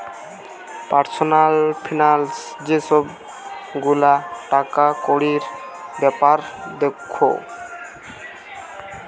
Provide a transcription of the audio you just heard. personal finance যে সব গুলা টাকাকড়ির বেপার দ্যাখে